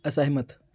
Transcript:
ਅਸਹਿਮਤ